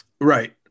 Right